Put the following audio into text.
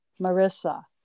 Marissa